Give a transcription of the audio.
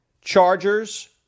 Chargers